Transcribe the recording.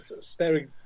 staring